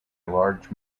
large